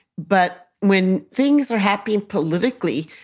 but when things are happening politically,